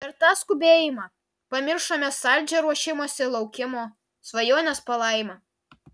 per tą skubėjimą pamiršome saldžią ruošimosi laukimo svajonės palaimą